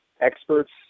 experts